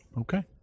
Okay